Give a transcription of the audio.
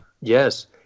Yes